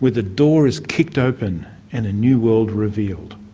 when the door is kicked open and a new world revealed.